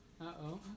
Uh-oh